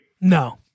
No